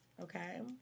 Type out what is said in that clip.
Okay